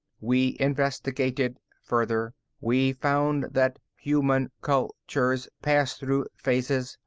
we investigated further. we found that human cultures pass through phases,